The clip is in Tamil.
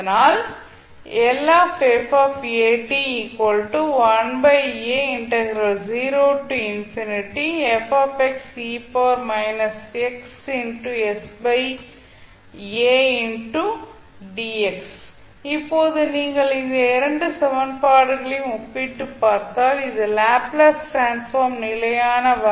So அதனால் இப்போது நீங்கள் இந்த இரண்டு சமன்பாடுகளையும் ஒப்பிட்டுப் பார்த்தால் இது லாப்ளேஸ் டிரான்ஸ்ஃபார்ம் நிலையான வரையறை ஆகும்